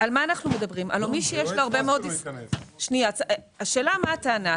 השאלה מה הייתה הטענה.